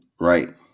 Right